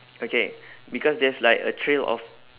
okay because there's like a trail of